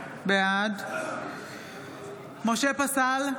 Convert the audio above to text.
בעד משה פסל,